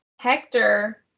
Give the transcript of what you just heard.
Hector